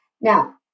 Now